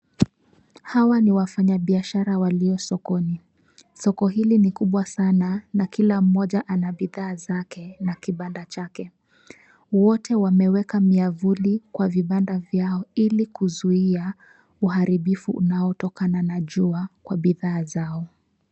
Hawa ni wafanyabiashara walio sokoni, soko hili ni kubwa sana na kila mmoja ana bidhaa zake na kibanda chake. Wote wameweka miavuli kwa vibanda vyao ili kuzuia uharibifu unaotokana na jua kwa bidhaa zao.